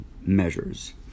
measures